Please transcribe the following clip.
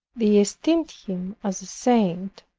they esteemed him as a saint.